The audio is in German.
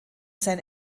sein